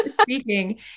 speaking